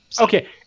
Okay